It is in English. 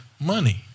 money